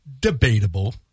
Debatable